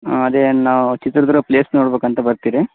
ಹಾ ಅದೇ ನಾವು ಚಿತ್ರದುರ್ಗ ಪ್ಲೇಸ್ ನೋಡಬೇಕಂತ ಬರ್ತೀವಿ ರೀ